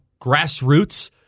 grassroots